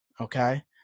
okay